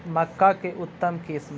मक्का के उतम किस्म?